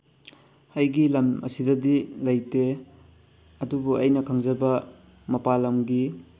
ꯑꯩꯒꯤ ꯂꯝ ꯑꯁꯤꯗꯗꯤ ꯂꯩꯇꯦ ꯑꯗꯨꯕꯨ ꯑꯩꯅ ꯈꯪꯖꯕ ꯃꯄꯥꯜ ꯂꯝꯒꯤ